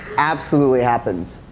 absolutely happens,